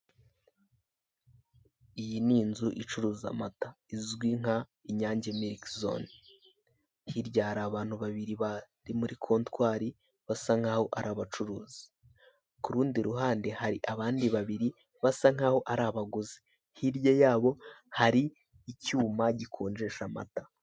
Iyi ni inzu icuruza amata izwi nka Inyange Miliki zone, hirya hari abantu babiri bari muri kontwari, basa nk'aho ari abacuruzi, ku rundi ruhande hari abandi babiri basa nk'aho ari abaguzi, hirya y'abo hari icyuma gikonjesha amata.